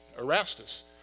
Erastus